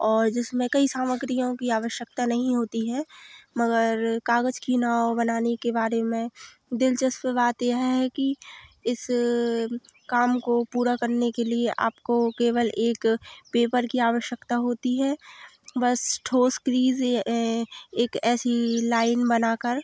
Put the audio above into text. और जिसमें कई सामग्रियों की आवश्यकता नहीं होती है मगर कागज़ की नाव बनाने के बारे में दिलचस्प बात यह है कि इस काम को पूरा करने के लिए आपको केवल एक पेपर की आवश्यकता होती है बस ठोस क्रीज़ एक ऐसी लाइन बनाकर